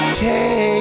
take